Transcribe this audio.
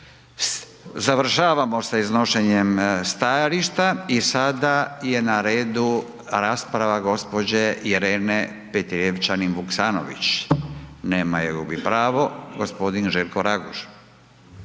lijepa. **Radin, Furio (Nezavisni)** Sada je na redu rasprava gospođe Irene Petrijevčanin Vuksanović. Nema je, gubi pravo. Gospodin Željko Raguž.